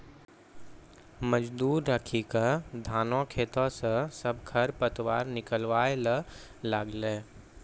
मजदूर राखी क धानों खेतों स सब खर पतवार निकलवाय ल लागलै